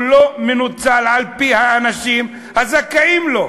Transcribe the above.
הוא לא מנוצל על-פי האנשים הזכאים לו.